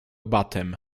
batem